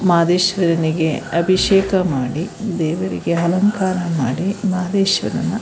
ಮಹದೇಶ್ವರನಿಗೆ ಅಭಿಷೇಕ ಮಾಡಿ ದೇವರಿಗೆ ಅಲಂಕಾರ ಮಾಡಿ ಮಹದೇಶ್ವರನ